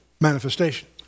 manifestation